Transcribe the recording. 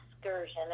excursion